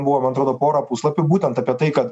buvo man atrodo pora puslapių būtent apie tai kad